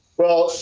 well,